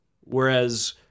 Whereas